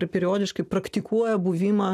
ir periodiškai praktikuoja buvimą